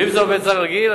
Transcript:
ואם זה עובד זר רגיל,